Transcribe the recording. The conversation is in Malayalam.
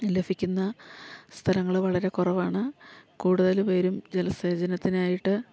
ലഭിക്കുന്ന സ്ഥലങ്ങൾ വളരെ കുറവാണ് കൂടുതൽ പേരും ജലസേചനത്തിനായിട്ട്